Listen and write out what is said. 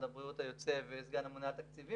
הבריאות היוצא וסגן הממונה על תקציבים,